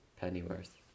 Pennyworth